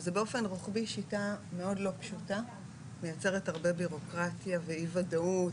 שזה באופן רוחבי שיטה מאוד לא פשוטה ויוצרת הרבה בירוקרטיה ואי ודאות,